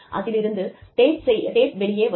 அதிலிருந்து டேப் வெளியே வரும்